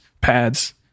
pads